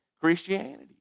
Christianity